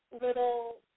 little